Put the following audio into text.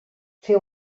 fer